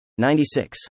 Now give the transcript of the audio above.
96